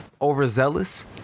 overzealous